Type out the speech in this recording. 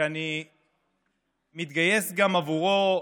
שאני מתגייס גם עבורו,